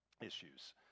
issues